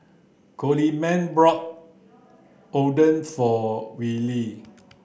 Coleman brought Oden for Willy